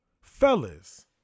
Fellas